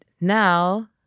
now